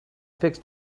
fix